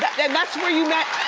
then that's where you met